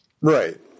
Right